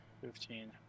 fifteen